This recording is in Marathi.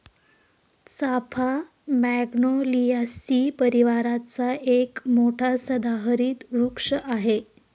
चाफा मॅग्नोलियासी परिवाराचा एक मोठा सदाहरित वृक्ष आहे